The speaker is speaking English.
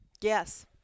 Yes